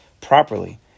properly